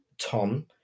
Tom